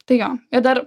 tai jo ir dar